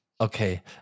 Okay